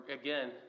Again